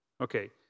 Okay